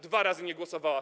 Dwa razy nie głosowała.